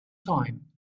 time